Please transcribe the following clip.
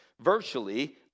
virtually